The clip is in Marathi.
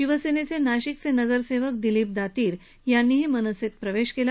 शिवसेनेचे नाशिकचे नगरसेवक दिलीप दातीर यांनीदेखील मनसेत प्रवेश केला